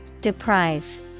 Deprive